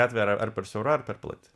gatvė yra ar per siaura ar per plati